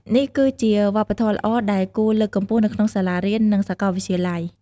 នេះគឺជាវប្បធម៌ល្អដែលគួរលើកកម្ពស់នៅក្នុងសាលារៀន និងសាកលវិទ្យាល័យ។